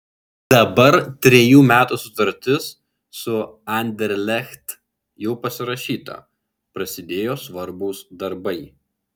dabar trejų metų sutartis su anderlecht jau pasirašyta prasidėjo svarbūs darbai